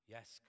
Yes